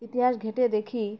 ইতিহাস ঘেঁটে দেখি